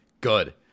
good